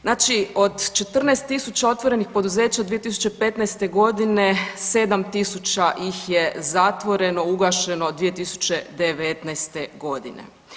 Znači od 14000 otvorenih poduzeća 2015. godine 7000 ih je zatvoreno, ugašeno 2019. godine.